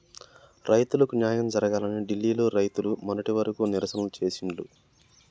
రైతులకు న్యాయం జరగాలని ఢిల్లీ లో రైతులు మొన్నటి వరకు నిరసనలు చేసిండ్లు